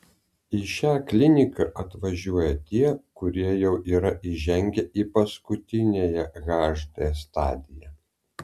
į šią kliniką atvažiuoja tie kurie jau yra įžengę į paskutiniąją hd stadiją